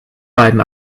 beiden